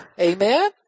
Amen